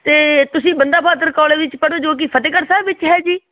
ਅਤੇ ਤੁਸੀਂ ਬੰਦਾ ਬਹਾਦਰ ਕੋਲਜ ਵਿੱਚ ਪੜ੍ਹੇ ਹੋ ਜੋ ਕਿ ਫਤਿਹਗੜ੍ਹ ਸਾਹਿਬ ਵਿੱਚ ਹੈ ਜੀ